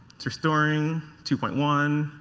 it's restoring, two point one.